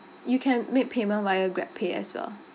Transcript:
you can make payment via Grabpay as well